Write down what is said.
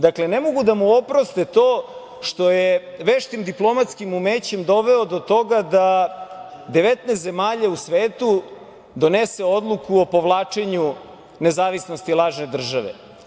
Dakle, ne mogu da mu oproste to što je veštim diplomatskim umećem doveo do toga da 19 zemalja u svetu donese odluku o povlačenju nezavisnosti lažne države.